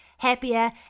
Happier